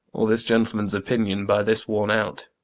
or this gentleman's opinion, by this, worn out.